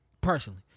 personally